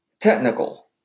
technical